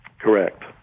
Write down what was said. Correct